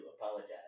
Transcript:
apologize